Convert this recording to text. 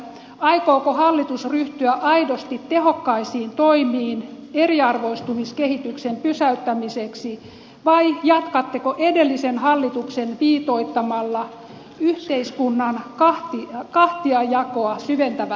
aikooko hallitus ryhtyä aidosti tehokkaisiin toimiin eriarvoistumiskehityksen pysäyttämiseksi vai jatkatteko edellisen hallituksen viitoittamalla yhteiskunnan kahtiajakoa syventävällä tiellä